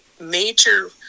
major